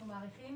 אנחנו מעריכים,